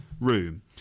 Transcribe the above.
room